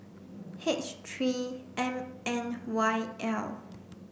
H three M N Y L